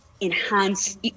enhance